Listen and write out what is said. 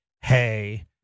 hey